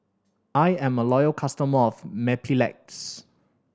I'm a loyal customer of Mepilex